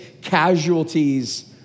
casualties